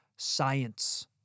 science